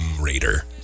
Raider